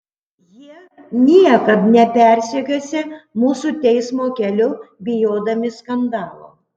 jie niekad nepersekiosią mūsų teismo keliu bijodami skandalo